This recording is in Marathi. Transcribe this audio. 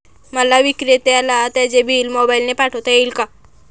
मला विक्रेत्याला त्याचे बिल मोबाईलने पाठवता येईल का?